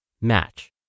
match